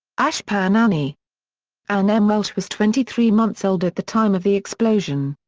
ashpan annie anne m. welsh was twenty three months old at the time of the explosion.